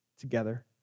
together